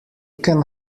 can